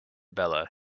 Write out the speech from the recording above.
bella